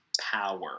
power